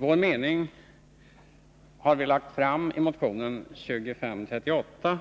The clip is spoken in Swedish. Vår mening har vi lagt fram i motionen 2538,